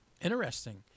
Interesting